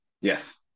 yes